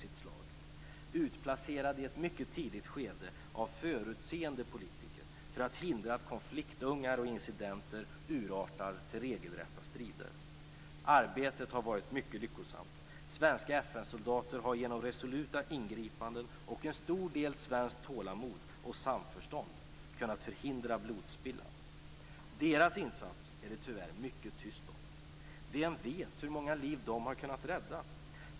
Den är utplacerad i ett mycket tidigt skede av förutseende politiker för att hindra att konfliktungar och incidenter urartar till regelrätta strider. Arbetet har varit mycket lyckosamt. Svenska FN-soldater har genom resoluta ingripanden och en stor del svenskt tålamod och samförstånd kunnat förhindra blodspillan. Deras insats är det tyvärr mycket tyst om. Vem vet hur många liv de har kunnat rädda?